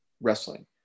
wrestling